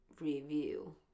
Review